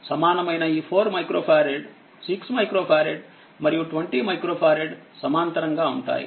సమానమైనఈ4 micro farad 6 micro ఫారెడ్మరియు20 micro ఫారెడ్సమాంతరంగా ఉంటాయి